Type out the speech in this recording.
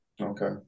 okay